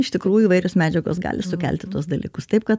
iš tikrųjų įvairios medžiagos gali sukelti tuos dalykus taip kad